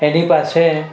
એની પાસે